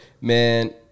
Man